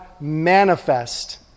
manifest